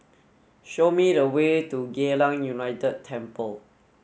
show me the way to Geylang United Temple